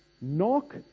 Knock